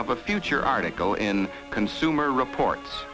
of a future article in consumer reports